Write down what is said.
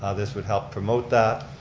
ah this would help promote that.